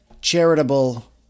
charitable